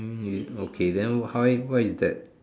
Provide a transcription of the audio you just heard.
hmm okay then hi why is that